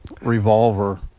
revolver